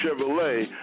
Chevrolet